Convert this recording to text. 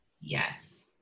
Yes